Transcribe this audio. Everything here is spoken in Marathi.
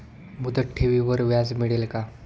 मुदत ठेवीवर व्याज मिळेल का?